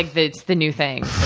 it's the new thing,